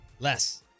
Less